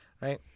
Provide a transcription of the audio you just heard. Right